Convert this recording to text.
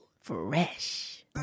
fresh